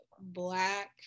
black